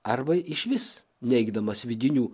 arba išvis neigdamas vidinių